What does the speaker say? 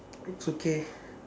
it's okay